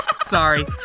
Sorry